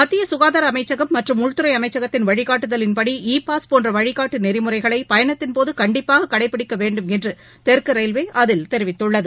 மத்திய சுகாதார அமைச்சகம் மற்றும் உள்துறை அமைச்சத்தின் வழிகாட்டுதலின் படி இ பாஸ் போன்ற வழிகாட்டு நெறிமுகளை பயணத்தின் போது கண்டிப்பாக கடைப்பிடிக்க வேண்டும் என்று தெற்கு ரயில்வே அதில் தெரிவித்துள்ளது